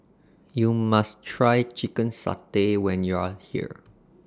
YOU must Try Chicken Satay when YOU Are here